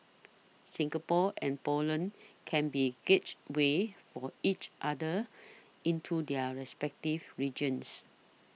Singapore and Poland can be gateways for each other into their respective regions